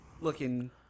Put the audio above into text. looking